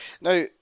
now